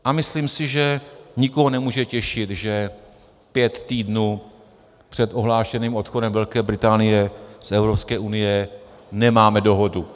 A myslím si, že nikoho nemůže těšit, že pět týdnů před ohlášeným odchodem Velké Británie z Evropské unie nemáme dohodu.